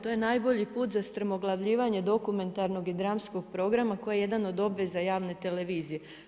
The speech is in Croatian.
To je najbolji put za strmoglavljivanje dokumentarnog i dramskog programa koji je jedan od obveza javne televizije.